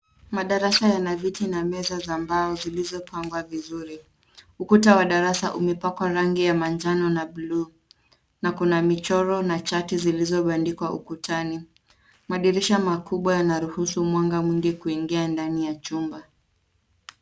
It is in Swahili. Madarasa yana viti na meza za mbao zilizopangwa vizuri ,ukuta wa darasa umepakwa rangi ya manjano na buluu na kuna michoro na chati zilizobandikwa ukutani. Madirisha makubwa yanaruhusu mwanga mwingi kuingia ndani ya chumba.